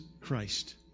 Christ